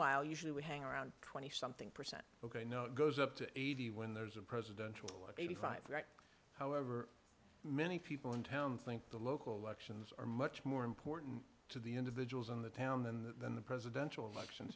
while usually we hang around twenty something percent ok now it goes up to eighty when there's a presidential eighty five right however many people in town think the local elections are much more important to the individuals in the town than than the presidential elections